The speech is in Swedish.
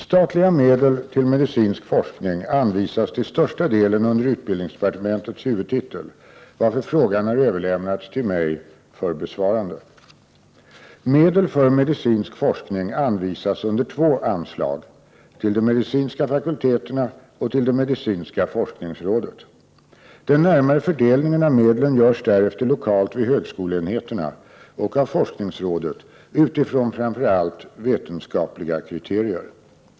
Statliga medel till medicinsk forskning anvisas till största delen under utbildningsdepartementets huvudtitel, varför frågan har överlämnats till mig för besvarande. Medel för medicinsk forskning anvisas under två anslag — till de medicinska fakulteterna och till det medicinska forskningsrådet. Den närmare fördelningen av medlen görs därefter lokalt vid högskoleenheterna och av forskningsrådet utifrån framför allt vetenskapliga kriterier.